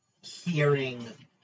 hearing